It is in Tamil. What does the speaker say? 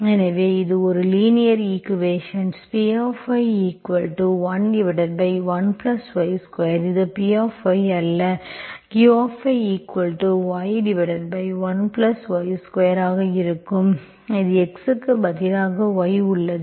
எனவே இது ஒரு லீனியர் ஈக்குவேஷன்ஸ் P 11 y2 இதுPy அல்ல அது qyy 1y2 ஆக இருக்கும் இது x க்கு பதிலாக y உள்ளது